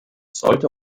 sollte